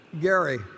Gary